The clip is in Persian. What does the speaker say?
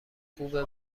خوبه